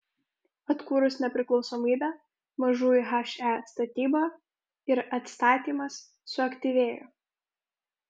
atkūrus nepriklausomybę mažųjų he statyba ir atstatymas suaktyvėjo